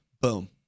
boom